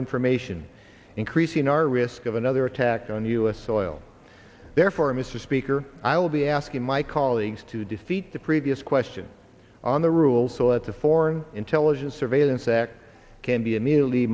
information increasing our risk of another attack on u s soil therefore mr speaker i will be asking my colleagues to defeat the previous question on the rules so that the foreign intelligence surveillance act can be immediately